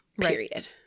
period